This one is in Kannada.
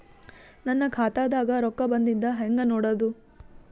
ನನ್ನ ಖಾತಾದಾಗ ರೊಕ್ಕ ಬಂದಿದ್ದ ಹೆಂಗ್ ನೋಡದು?